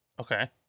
Okay